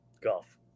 Golf